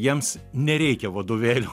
jiems nereikia vadovėlių